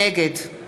נגד